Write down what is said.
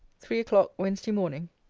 three o'clock, wednesday morning.